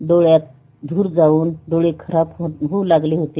डोळ्यात धूर जाऊन डोळे खराब होऊ लागले होते